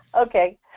Okay